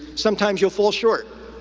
sometimes, you'll fall short.